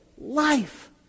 life